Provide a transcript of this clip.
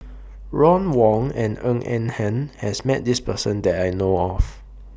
Ron Wong and Ng Eng Hen has Met This Person that I know of